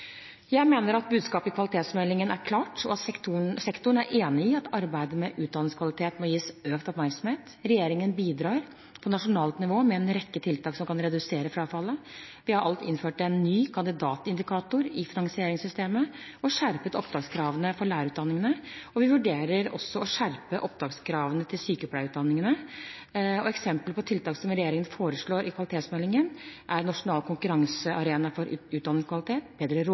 Jeg mener at budskapet i kvalitetsmeldingen er klart, og sektoren er enig i at arbeidet med utdanningskvalitet må gis økt oppmerksomhet. Regjeringen bidrar på nasjonalt nivå med en rekke tiltak som kan redusere frafallet. Vi har alt innført en ny kandidatindikator i finansieringssystemet og skjerpet opptakskravene for lærerutdanningene, og vi vurderer også å skjerpe opptakskravene til sykepleierutdanningene. Eksempler på tiltak som regjeringen foreslår i kvalitetsmeldingen, er nasjonal konkurransearena for utdanningskvalitet, bedre